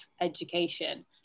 education